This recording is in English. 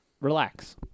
relax